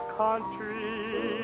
country